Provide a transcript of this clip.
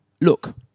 look